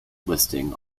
listing